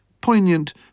Poignant